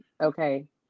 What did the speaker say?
Okay